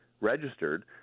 registered